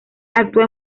actuó